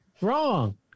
wrong